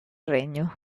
regno